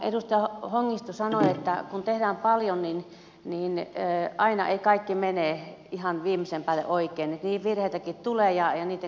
edustaja hongisto sanoi että kun tehdään paljon niin aina ei kaikki mene ihan viimeisen päälle oikein että virheitäkin tulee ja niitten kanssa täytyy elää